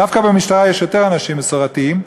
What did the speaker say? דווקא במשטרה יש יותר אנשים מסורתיים,